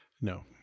No